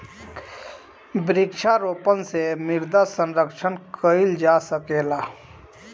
वृक्षारोपण से मृदा संरक्षण कईल जा सकेला